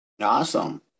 Awesome